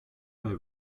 bei